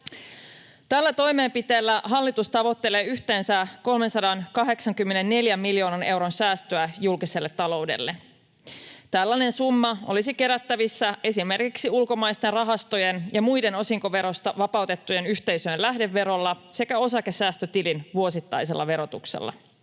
Tällä toimenpiteellä hallitus tavoittelee yhteensä 384 miljoonan euron säästöä julkiselle taloudelle. Tällainen summa olisi kerättävissä esimerkiksi ulkomaisten rahastojen ja muiden osinkoverosta vapautettujen yhteisöjen lähdeverolla sekä osakesäästötilin vuosittaisella verotuksella.